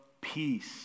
peace